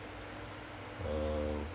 um